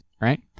right